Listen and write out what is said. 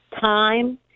time